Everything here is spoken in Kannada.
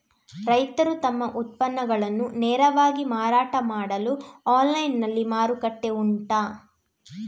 ರೈತರು ತಮ್ಮ ಉತ್ಪನ್ನಗಳನ್ನು ನೇರವಾಗಿ ಮಾರಾಟ ಮಾಡಲು ಆನ್ಲೈನ್ ನಲ್ಲಿ ಮಾರುಕಟ್ಟೆ ಉಂಟಾ?